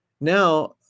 now